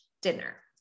dinner